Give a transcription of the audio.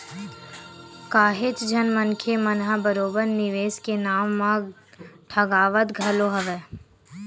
काहेच झन मनखे मन ह बरोबर निवेस के नाव म ठगावत घलो हवय